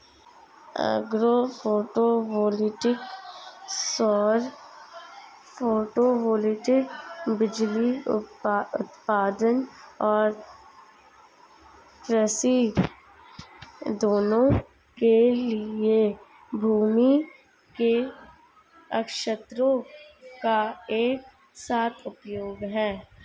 agro photovoltaic सौर photovoltaic बिजली उत्पादन और कृषि दोनों के लिए भूमि के क्षेत्रों का एक साथ उपयोग है